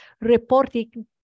reporting